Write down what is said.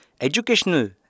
Educational